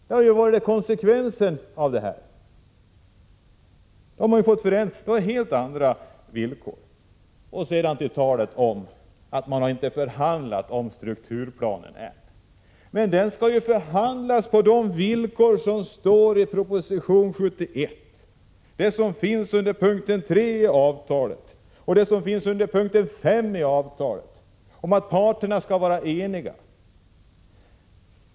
Det hade varit konsekvent, och då hade man fått helt andra villkor. Sedan till talet om att det inte har förhandlats om strukturplanen än. Men den skall ju behandlas på de villkor som står i proposition 71 — det som finns under punkten 3 i avtalet och det som finns under punkten 5 i avtalet, om att parterna skall vara eniga.